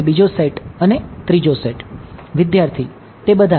વિદ્યાર્થી તે બધા